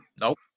Nope